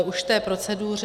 Už k té proceduře.